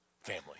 family